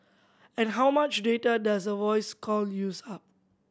and how much data does a voice call use up